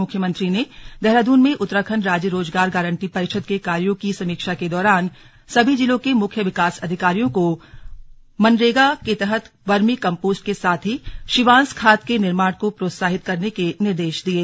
मुख्यमंत्री ने देहरादून में उत्तराखण्ड राज्य रोजगार गांरटी परिषद के कार्यो की समीक्षा के दौरान सभी जिलों के मुख्य विकास अधिकारियों को मनेरगा के तहत वर्मी कपोस्ट के साथ ही शिवांश खाद के निर्माण को प्रोत्साहित करने के निर्देश दिये